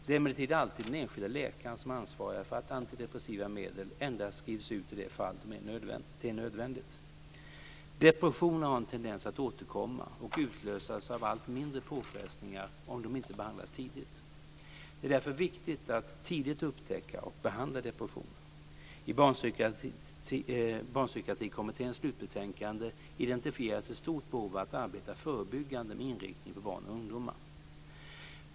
Det är emellertid alltid den enskilde läkaren som ansvarar för att antidepressiva medel endast skrivs ut i de fall där det är nödvändigt. Depressioner har en tendens att återkomma och utlösas av allt mindre påfrestningar om de inte behandlas tidigt. Det är därför viktigt att tidigt upptäcka och behandla depressioner. I Barnpsykiatrikommitténs slutbetänkande identifieras ett stort behov av att arbeta förebyggande med inriktning på barn och ungdomar.